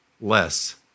less